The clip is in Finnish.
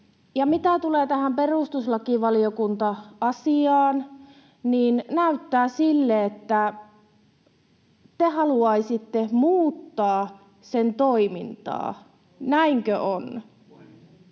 Mitä tulee tähän perustuslakivaliokunta-asiaan, niin näyttää, että te haluaisitte muuttaa sen toimintaa. Näinkö on?